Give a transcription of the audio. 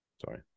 sorry